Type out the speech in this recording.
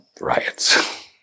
riots